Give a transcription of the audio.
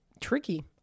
tricky